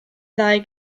ddau